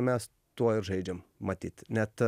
mes tuo ir žaidžiam matyt net